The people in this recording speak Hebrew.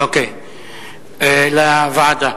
אוקיי, לוועדה.